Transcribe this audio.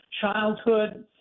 childhood